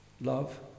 love